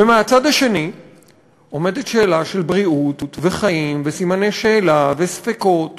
ומהצד השני עומדת שאלה של בריאות וחיים וסימני שאלה וספקות